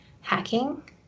Hacking